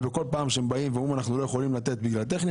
ובכל פעם שהם באים ואומרים אנחנו לא יכולים לתת בגלל טכני,